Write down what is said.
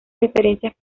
referencias